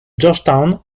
georgetown